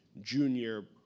junior